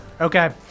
Okay